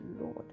Lord